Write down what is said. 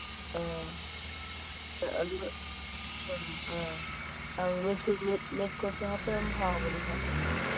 ꯑꯥ ꯑꯗꯨ ꯑꯥ ꯑꯥ ꯃꯦꯁꯀꯣꯠꯁꯨ ꯍꯥꯞꯄ ꯌꯥꯝ ꯍꯥꯎꯕꯅꯤ ꯍꯥꯞꯄ